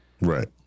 Right